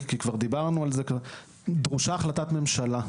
כי כבר דיברנו על זה: דרושה החלטת ממשלה.